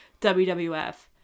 WWF